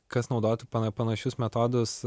kas naudotų pana panašius metodus